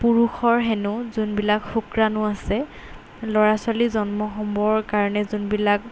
পুৰুষৰ হেনো যোনবিলাক শুক্ৰাণু আছে ল'ৰা ছোৱালী জন্ম হ'বৰ কাৰণে যোনবিলাক